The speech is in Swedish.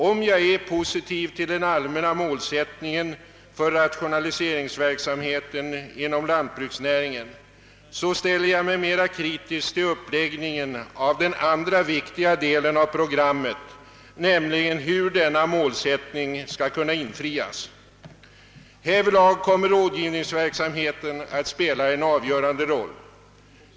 Om jag nu är positivt inställd till den allmänna målsättningen för rationaliseringsverksamheten inom = lantbruksnäringen, ställer jag mig mera kritisk till uppläggningen av den andra viktiga delen av programmet, nämligen hur denna målsättning skall kunna uppnås. Härvidlag kommer rådgiv ningsverksamheten att spela en avgörande roll.